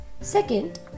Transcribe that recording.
Second